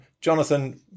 Jonathan